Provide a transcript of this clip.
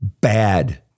bad